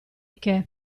che